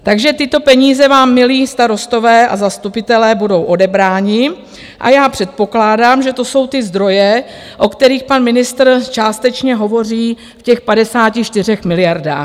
Takže tyto peníze vám, milí starostové a zastupitelé, budou odebrány a já předpokládám, že to jsou ty zdroje, o kterých pan ministr částečně hovoří v těch 54 miliardách.